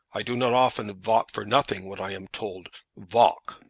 i do not often valk for nothing when i am told valk!